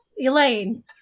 Elaine